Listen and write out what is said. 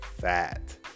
fat